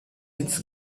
its